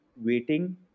waiting